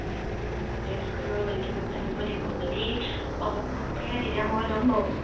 যদি অকমান আগবাঢ়ি আহে তেতিয়া মই ল'ম বাৰু